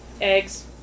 eggs